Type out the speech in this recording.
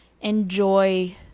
enjoy